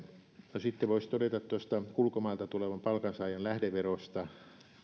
sitten voisi todeta tuosta ulkomailta tulevan palkansaajan lähdeverosta